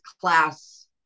class